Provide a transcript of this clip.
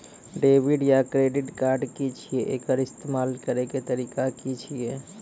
Debit या credit card की छियै? एकर इस्तेमाल करैक तरीका की छियै?